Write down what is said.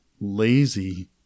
Lazy